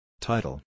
Title